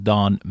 Don